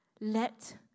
let